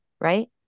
Right